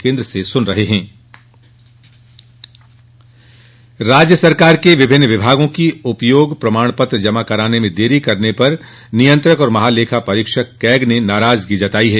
CAG राज्य सरकार के विभिन्न विभागों की उपयोग प्रमाणपत्र जमा कराने में देरी करने पर नियंत्रक एवं महालेखा परीक्षक कैग ने नाराजगी जताई है